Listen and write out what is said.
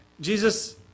Jesus